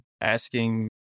asking